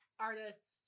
artist